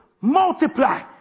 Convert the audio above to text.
multiply